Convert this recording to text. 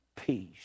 peace